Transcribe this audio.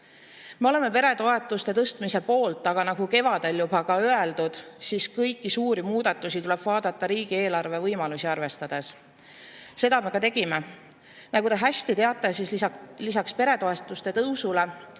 Me oleme peretoetuste tõstmise poolt, aga nagu kevadel juba öeldud, kõiki suuri muudatusi tuleb vaadata riigieelarve võimalusi arvestades. Seda me ka tegime. Nagu te hästi teate, lisaks peretoetuste tõusule